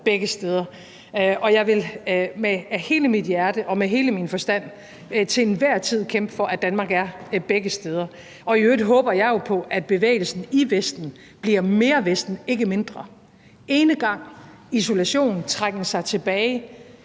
begge steder. Jeg vil af hele mit hjerte og med hele min forstand til enhver tid kæmpe for, at Danmark er begge steder. I øvrigt håber jeg jo på, at bevægelsen i Vesten bliver mere Vesten og ikke mindre. Enegang, isolation og trækken sig tilbage